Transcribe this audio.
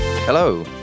Hello